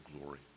glory